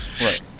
right